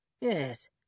Yes